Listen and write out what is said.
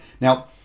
Now